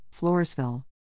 Floresville